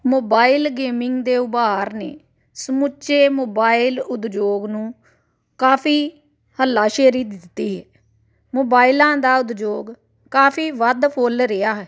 mobile gaming ਦੇ ਉਭਾਰ ਨੇ ਸਮੁੱਚੇ ਮੋਬਾਈਲ ਉਦਯੋਗ ਨੂੰ ਕਾਫ਼ੀ ਹੱਲਾਸ਼ੇਰੀ ਦਿੱਤੀ ਹੈ ਮੋਬਾਇਲਾਂ ਦਾ ਉਦਯੋਗ ਕਾਫ਼ੀ ਵੱਧ ਫੁੱਲ ਰਿਹਾ ਹੈ